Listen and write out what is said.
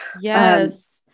Yes